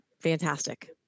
fantastic